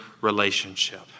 relationship